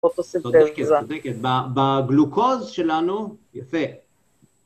פוטוסינטזה. צודקת, צודקת. בגלוקוז שלנו.. יפה.